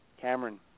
Cameron